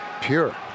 Pure